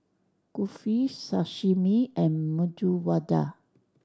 Kulfi Sashimi and Medu Vada